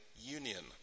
Union